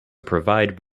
provide